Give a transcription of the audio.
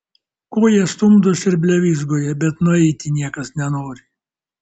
ko jie stumdosi ir blevyzgoja bet nueiti niekas nenori